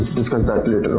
discuss that